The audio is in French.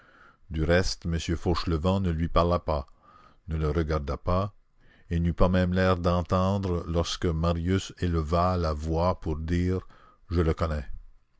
du reste m fauchevelent ne lui parla pas ne le regarda pas et n'eut pas même l'air d'entendre lorsque marius éleva la voix pour dire je le connais